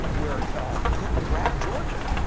yeah where putin grabbed georgia,